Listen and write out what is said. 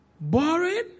Boring